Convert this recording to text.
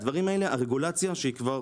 הדברים האלה, הרגולציה שהיא כבר